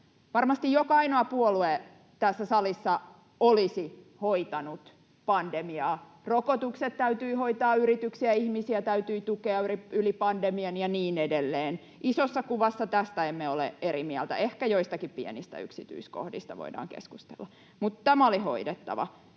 Varmasti joka ainoa puolue tässä salissa olisi hoitanut pandemiaa. Rokotukset täytyi hoitaa, yrityksiä ja ihmisiä täytyi tukea yli pandemian ja niin edelleen. Isossa kuvassa tästä emme ole eri mieltä. Ehkä joistakin pienistä yksityiskohdista voidaan keskustella, mutta tämä oli hoidettava.